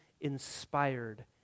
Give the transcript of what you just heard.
inspired